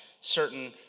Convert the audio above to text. certain